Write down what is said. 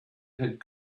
had